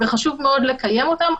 וחשוב מאוד לקיים אותם,